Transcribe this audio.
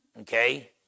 okay